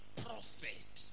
prophet